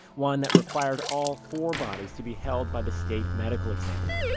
one that required all four bodies to be held by the state medical examiner.